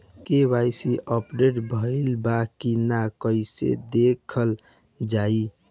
KYC update भइल बा कि ना कइसे देखल जाइ?